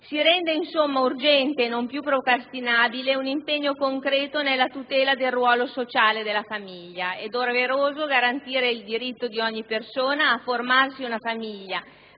Si rende in altri termini urgente e non più procrastinabile un impegno concreto nella tutela del ruolo sociale della famiglia. È doveroso garantire il diritto di ogni persona a formarsi una famiglia